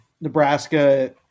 Nebraska